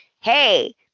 hey